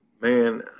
Man